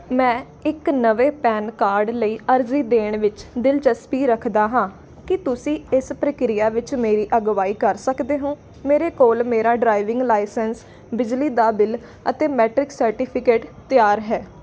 ਮੈਂ ਇੱਕ ਨਵੇਂ ਪੈਨ ਕਾਰਡ ਲਈ ਅਰਜ਼ੀ ਦੇਣ ਵਿੱਚ ਦਿਲਚਸਪੀ ਰੱਖਦਾ ਹਾਂ ਕੀ ਤੁਸੀਂ ਇਸ ਪ੍ਰਕਿਰਿਆ ਵਿੱਚ ਮੇਰੀ ਅਗਵਾਈ ਕਰ ਸਕਦੇ ਹੋ ਮੇਰੇ ਕੋਲ ਮੇਰਾ ਡਰਾਈਵਿੰਗ ਲਾਇਸੈਂਸ ਬਿਜਲੀ ਦਾ ਬਿੱਲ ਅਤੇ ਮੈਟ੍ਰਿਕ ਸਰਟੀਫਿਕੇਟ ਤਿਆਰ ਹੈ